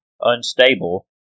unstable